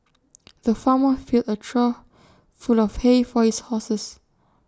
the farmer filled A trough full of hay for his horses